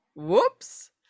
Whoops